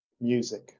music